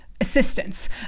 assistance